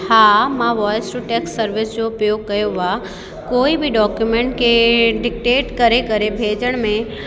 हा मां voice to text service जो उपयोगु कयो आहे कोई बि डॉक्यूमेंट खे डिक्टेट करे करे भेजण में